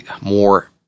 more